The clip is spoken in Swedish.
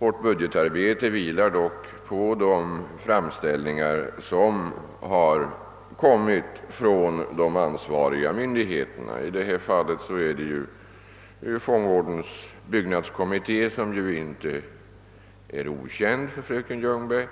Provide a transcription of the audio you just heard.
Vårt budgetarbete vilar dock på de framställningar som har kommit från de ansva riga myndigheterna. I detta fall är det ju fångvårdens byggnadskommitté, som ju inte är okänd för fröken Ljungberg,